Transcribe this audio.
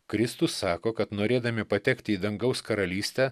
kristus sako kad norėdami patekti į dangaus karalystę